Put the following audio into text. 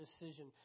decision